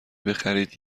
بخرید